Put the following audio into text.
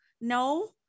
No